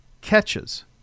catches